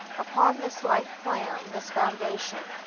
upon this life-plan, this foundation,